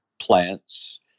plants